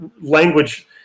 language